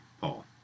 Paul